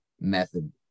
method